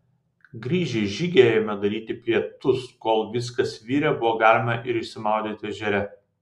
grįžę iš žygio ėjome daryti pietus o kol viskas virė buvo galima ir išsimaudyti ežere